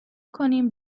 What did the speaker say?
کنیم